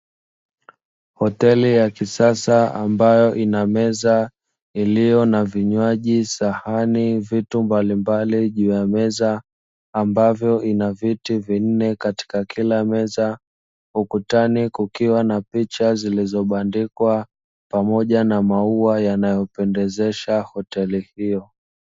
Hoteli ya kisasa ambayo ina meza iliyo na vinywaji, sahani vitu mbalimbali juu ya meza, ambavyo ina viti vinne katika kila meza, ukutani kukiwa na picha zilizobandikwa pamoja na maua yanayopendezesha hoteli hiyo.